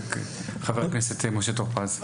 חבר הכנסת משה טור-פז.